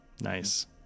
Nice